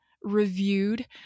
reviewed